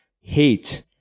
hate